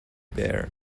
bear